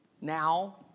Now